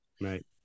Right